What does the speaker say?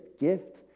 gift